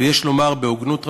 ויש לומר בהוגנות,